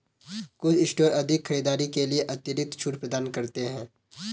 कुछ स्टोर अधिक खरीदारी के लिए अतिरिक्त छूट प्रदान करते हैं